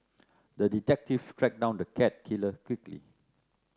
the detective tracked down the cat killer quickly